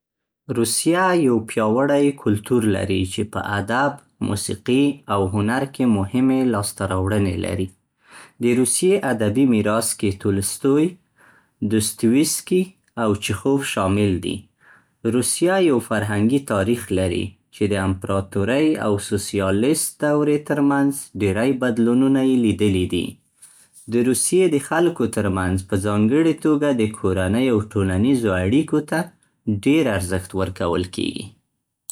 روسیه یو پیاوړی کلتور لري چې په ادب، موسیقي او هنر کې مهمې لاسته راوړنې لري. د روسيې ادبي میراث کې تولستوی، دوستویسکي او چخوف شامل دي. روسیه یو فرهنګي تاریخ لري چې د امپراتورۍ او سوسیالیست دورې ترمنځ ډیری بدلونونه يې لیدلي دي. د روسيې د خلکو ترمنځ په ځانګړي توګه د کورنۍ او ټولنیزو اړیکو ته ډېر ارزښت ورکول کیږي.